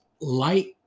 light